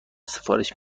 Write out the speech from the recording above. سفارش